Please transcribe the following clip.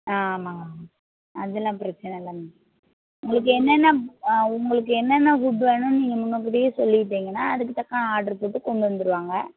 ஆமாங்க மேம் அதெலாம் பிரச்சின இல்லை மேம் உங்களுக்கு என்னென்ன ஆ உங்களுக்கு என்னென்ன ஃபுட் வேணுமுன்னு நீங்கள் முன்க்கூட்டியே சொல்லிவிட்டிங்கனா அதுக்கு தக்கன ஆட்ரு போட்டு கொண்டு வந்துடுவாங்க